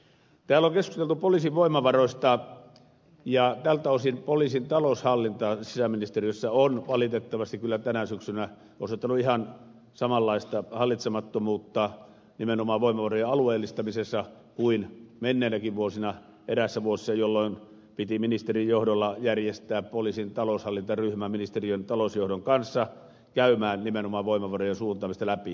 täällä on keskusteltu poliisin voimavaroista ja tältä osin poliisin taloushallinta sisäasiainministeriössä on valitettavasti kyllä tänä syksynä osoittanut ihan samanlaista hallitsemattomuutta nimenomaan voimavarojen alueellistamisessa kuin menneinäkin vuosina eräissä vuosissa jolloin piti ministerin johdolla järjestää poliisin taloushallintaryhmä ministeriön talousjohdon kanssa käymään nimenomaan voimavarojen suuntaamista läpi